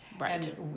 right